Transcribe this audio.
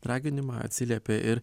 raginimą atsiliepė ir